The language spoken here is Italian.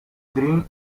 green